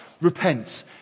repent